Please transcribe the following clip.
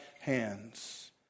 hands